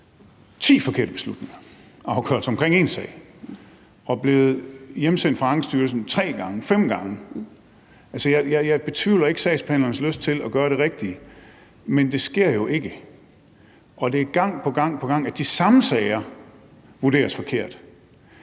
ti forkerte afgørelser omkring én sag, og at sagen er blevet hjemsendt fra Ankestyrelsen tre gange, fem gange. Altså, jeg betvivler ikke sagsbehandlernes lyst til at gøre det rigtige, men det sker jo ikke. Det er gang på gang, at de samme sager vurderes forkert.